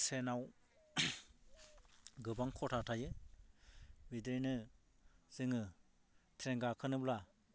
ट्रेनाव गोबां खथा थायो बिदिनो जोङो ट्रेन गाखोनोब्ला